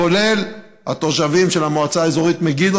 כולל התושבים של המועצה האזורית מגידו,